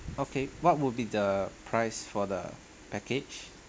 okay what will be the price for the package